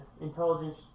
intelligence